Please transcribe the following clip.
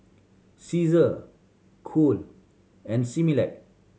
Cesar Cool and Similac